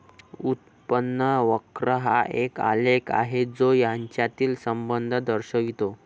उत्पन्न वक्र हा एक आलेख आहे जो यांच्यातील संबंध दर्शवितो